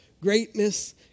Greatness